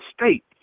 state